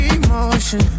emotion